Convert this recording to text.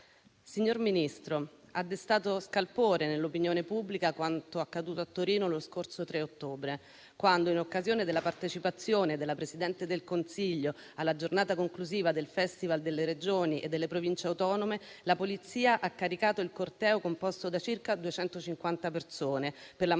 Signor Ministro, ha destato scalpore nell'opinione pubblica quanto accaduto a Torino lo scorso 3 ottobre, quando, in occasione della partecipazione della Presidente del Consiglio alla giornata conclusiva del Festival delle Regioni e delle Province autonome, la polizia ha caricato il corteo composto da circa 250 persone, per la maggioranza